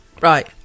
Right